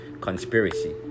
conspiracy